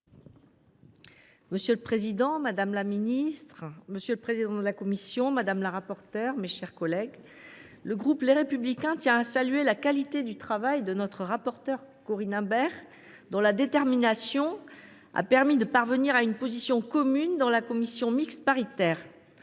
pour le groupe Les Républicains. Monsieur le président, madame la ministre, mes chers collègues, le groupe Les Républicains tient à saluer la qualité du travail de notre rapporteure Corinne Imbert, dont la détermination a permis de parvenir à une position commune en commission mixte paritaire.